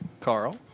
Carl